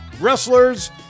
wrestlers